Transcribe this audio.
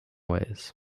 ways